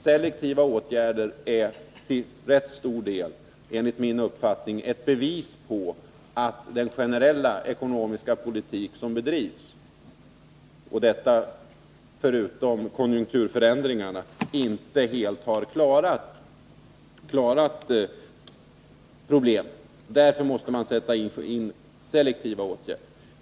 Selektiva åtgärder är till rätt stor del enligt min uppfattning ett bevis på att den generella ekonomiska politik som förs inte — om vi bortser från konjunkturförändringarna — helt klarat problemen. Därför måste man sätta in begränsade selektiva åtgärder.